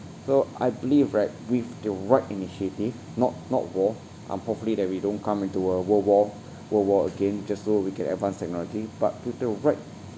so I believe right with the right initiative not not war I'm hopefully that we don't come into a world war world war again just so we can advanced technology but with the right